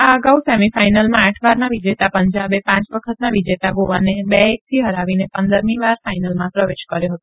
આ ગાઉ સેમી ફાઈનલમાં આઠ વારના વિજેતા પંજાબે પાંચ વખતના વિજેતા ગોવાને બે એકથી હરાવીને પંદરમી વાર ફાઈનલમાં પ્રવેશ કર્યો હતો